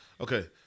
Okay